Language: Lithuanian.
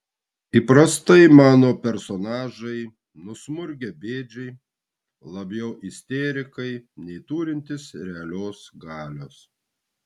įprastai mano personažai nusmurgę bėdžiai labiau isterikai nei turintys realios galios